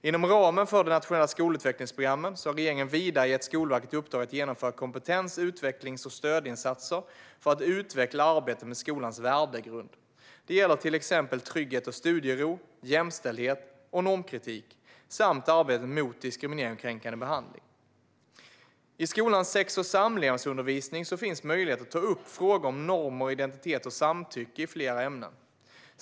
Inom ramen för de nationella skolutvecklingsprogrammen har regeringen vidare gett Skolverket i uppdrag att genomföra kompetens, utvecklings och stödinsatser för att utveckla arbetet med skolans värdegrund. Det gäller till exempel trygghet och studiero, jämställdhet och normkritik samt arbetet mot diskriminering och kränkande behandling. I skolans sex och samlevnadsundervisning finns möjlighet att ta upp frågor om normer, identitet och samtycke i flera ämnen.